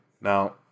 now